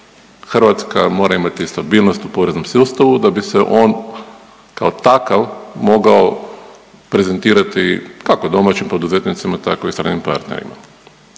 Hrvatska mora imati stabilnost u poreznom sustavu da bi se on kao takav mogao prezentirati kako domaćim poduzetnicima tako i stranim partnerima.